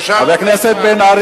יישר כוח.